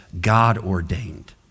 God-ordained